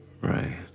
Right